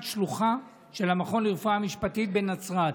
שלוחה של המכון לרפואה משפטית בנצרת,